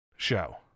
show